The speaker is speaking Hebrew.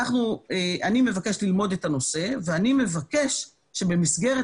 אני מבקש ללמוד את הנושא ואני מבקש שבמסגרת